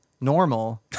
normal